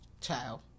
child